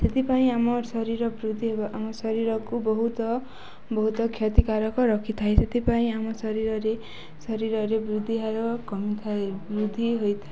ସେଥିପାଇଁ ଆମର ଶରୀର ବୃଦ୍ଧି ହେବା ଆମ ଶରୀରକୁ ବହୁତ ବହୁତ କ୍ଷତିକାରକ ରଖିଥାଏ ସେଥିପାଇଁ ଆମ ଶରୀରରେ ଶରୀରରେ ବୃଦ୍ଧି ହାର କମିଥାଏ ବୃଦ୍ଧି ହୋଇଥାଏ